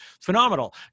phenomenal